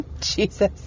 Jesus